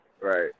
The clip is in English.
right